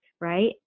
right